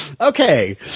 Okay